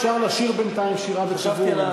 אפשר לשיר בינתיים שירה בציבור.